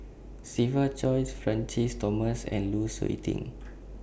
Siva Choy Francis Thomas and Lu Suitin